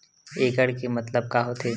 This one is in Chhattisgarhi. एकड़ के मतलब का होथे?